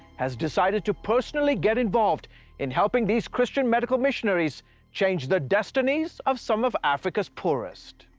has decided to personally get involved in helping these christian medical missionaries change the destinies of some of africa's poorest.